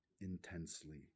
intensely